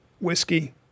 whiskey